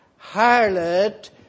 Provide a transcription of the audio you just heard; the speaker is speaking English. harlot